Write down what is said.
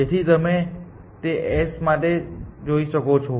તેથી તમે તે s માટે જોઈ શકો છો